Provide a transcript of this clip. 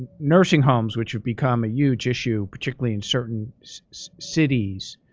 nursing homes, which have become a huge issue, particularly in certain cities,